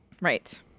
Right